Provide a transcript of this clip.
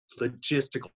logistical